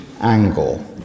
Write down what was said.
angle